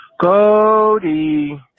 Cody